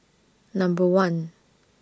Number one